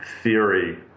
theory